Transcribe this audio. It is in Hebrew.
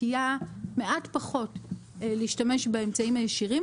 יש מעט פחות נטייה להשתמש באמצעים הישירים,